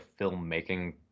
filmmaking